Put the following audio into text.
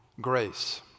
grace